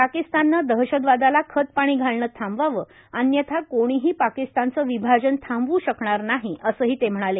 पाकिस्तानानं दहशतवादाला खतपाणी घालणं थांबवावं अन्यथा कोणीही पाकिस्तानचं विभाजन थांबव् शकणार नाही असं ते म्हणाले